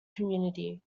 community